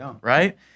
right